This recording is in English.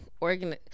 organ